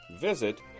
visit